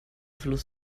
fluss